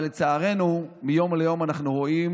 אבל לצערנו אנחנו רואים